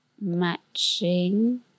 matching